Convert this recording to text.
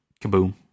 kaboom